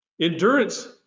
endurance